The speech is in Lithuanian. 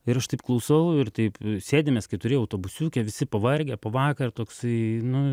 ir aš taip klausau ir taip sėdim mes keturi autobusiuke visi pavargę po vakar toksai nu